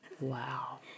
Wow